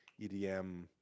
EDM